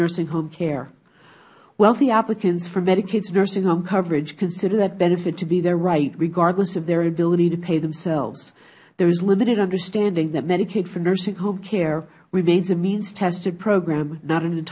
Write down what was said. nursing home care wealthy applicants for medicaids nursing home coverage consider that benefit to be their right regardless of their ability to pay themselves there is limited understanding that medicaid nursing home care remains a means tested program not an